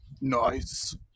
Nice